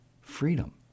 freedom